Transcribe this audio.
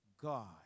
God